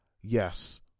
Yes